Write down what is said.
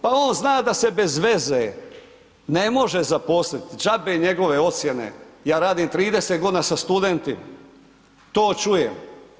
Pa on zna da se bez veze ne može zaposliti, džabe njegove ocjene, ja radim 30 godina sa studentima, to čujem.